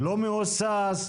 לא מהוסס.